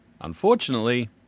Unfortunately